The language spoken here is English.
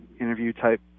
interview-type